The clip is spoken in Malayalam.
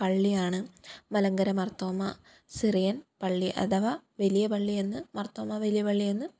പള്ളിയാണ് മലങ്കര മര്ത്തോമാ സിറിയന് പള്ളി അഥവാ വലിയ പള്ളിയെന്ന് മര്ത്തോമാ വലിയ പള്ളിയെന്ന്